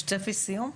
יש ציפי סיום?